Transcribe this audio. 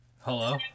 Hello